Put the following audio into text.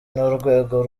n’urwego